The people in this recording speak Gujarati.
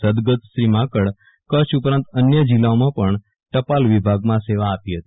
સદગત શ્રી માંકડ કચ્છ ઉપરાંત અન્ય્ જિલ્લાઓમાં પણ ટપાલ વીભાગમાં સેવા આપી હતી